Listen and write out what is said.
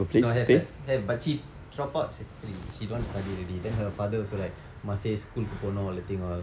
no have have have but she drop out sec three she don't want to study already then her father also like must say school இக்கு போனும்:ikku poanum all that thing all